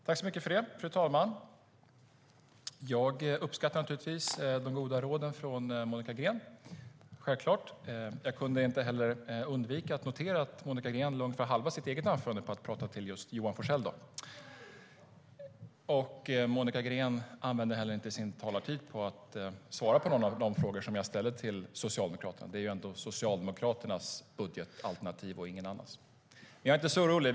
Fru talman! Jag uppskattar naturligtvis de goda råden från Monica Green. Jag kunde inte heller undvika att notera att Monica Green ägnade ungefär halva tiden av sitt eget anförande till att tala till just Johan Forssell. Monica Green använde heller inte sin talartid till att svara på de frågor som jag ställde till Socialdemokraterna. Det är Socialdemokraternas budgetalternativ och ingen annans det handlar om. Men jag är inte så orolig.